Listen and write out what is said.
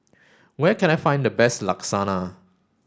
where can I find the best Lasagna